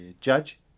judge